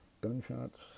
gunshots